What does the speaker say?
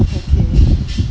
okay